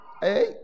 Hey